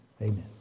Amen